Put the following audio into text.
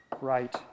right